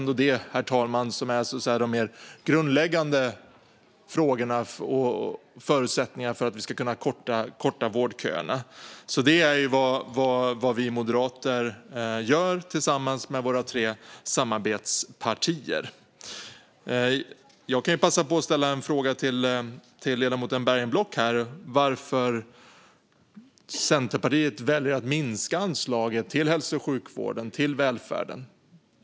Dessa frågor är ju de mer grundläggande förutsättningarna för att vi ska kunna korta vårdköerna, herr talman, och detta är vad vi i Moderaterna gör tillsammans med våra tre samarbetspartier. Jag kan också passa på att ställa en fråga till ledamoten Bergenblock om varför Centerpartiet väljer att minska anslaget till hälso och sjukvården och till välfärden.